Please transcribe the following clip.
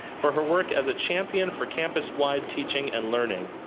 for her work as a champion for campus wide teaching and learning,